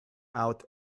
out